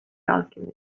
alchemist